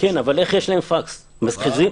שאין להם מחשב.